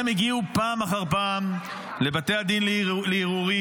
הם הגיעו פעם אחר פעם לבתי הדין לערעורים.